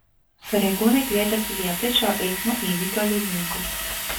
pareigūnai kviečia atsiliepti šio eismo įvykio liudininkus